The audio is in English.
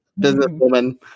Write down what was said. businesswoman